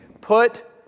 Put